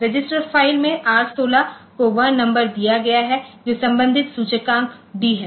register file में R16 को वह नंबर दिया गया है जो संबंधित सूचकांक d है